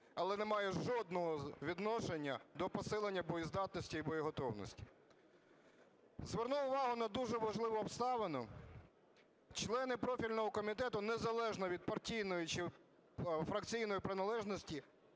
але немає жодного відношення до посилення боєздатності і боєготовності. Зверну увагу на дуже важливу обставину: члени профільного комітету незалежно від партійної чи фракційної приналежності